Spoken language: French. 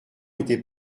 était